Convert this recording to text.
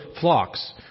flocks